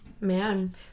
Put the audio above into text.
Man